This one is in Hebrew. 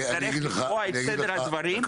אנחנו נצטרך לקבוע את סדר הדברים,